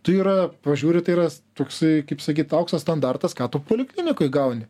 tai yra pažiūri tai yra toksai kaip sakyt aukso standartas ką tu poliklinikoj gauni